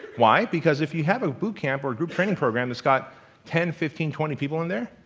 why? because if you have a boot camp or group training program that's got ten, fifteen, twenty people in there,